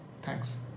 Thanks